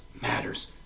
matters